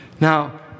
Now